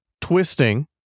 twisting